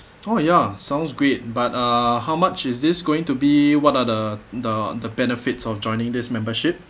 oh ya sounds great but uh how much is this going to be what are the the the benefits of joining this membership